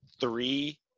three